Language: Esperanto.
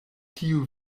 tiu